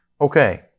Okay